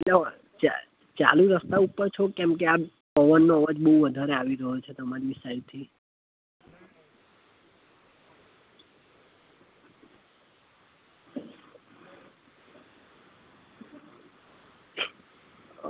ન હોય ચા ચાલુ રસ્તા ઉપર છો કેમકે આ પવનનો અવાજ બહુ વધારે આવી રહ્યો છે તમારી સાઈડથી